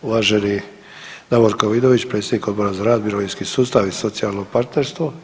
Uvaženi Davorko Vidović, predsjednik Odbora za rad, mirovinski sustav i socijalno partnerstvo.